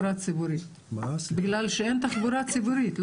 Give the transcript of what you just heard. בגלל שאין תחבורה ציבורית,